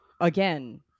again